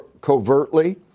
covertly